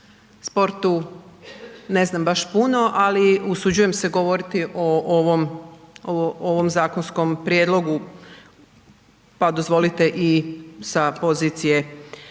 sportu ne znam baš puno ali usuđujem se govoriti o ovom zakonskom prijedlogu pa dozvolite i sa pozicije